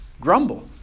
grumble